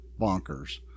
bonkers